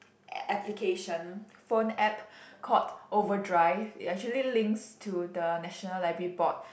application phone app called overdrive it actually links to the national library board